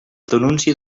denúncia